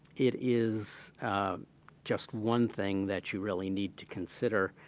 it is just one thing that you really need to consider,